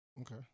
Okay